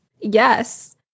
Yes